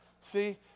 See